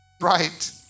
right